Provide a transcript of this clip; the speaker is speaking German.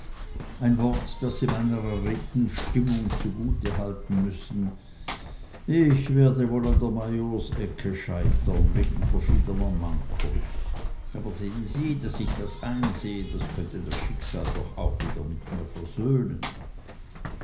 ein wort das sie meiner erregten stimmung zugute halten müssen ich werde wohl an der majorsecke scheitern wegen verschiedener mankos aber sehn sie daß ich das einsehe das könnte das schicksal doch auch wieder mit mir versöhnen